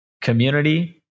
community